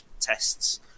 tests